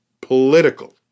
political